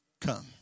come